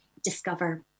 discover